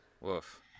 Woof